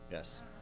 Yes